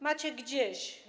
Macie gdzieś.